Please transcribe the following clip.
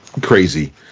crazy